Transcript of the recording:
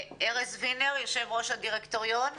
ארז וינר יו"ר הדירקטוריון.